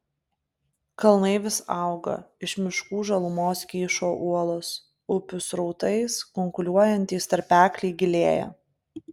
kalnai vis auga iš miškų žalumos kyšo uolos upių srautais kunkuliuojantys tarpekliai gilėja